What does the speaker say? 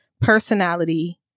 personality